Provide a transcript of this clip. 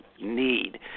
need